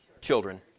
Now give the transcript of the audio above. Children